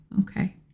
okay